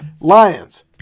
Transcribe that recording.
Lions